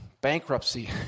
Bankruptcy